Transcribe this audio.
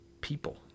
people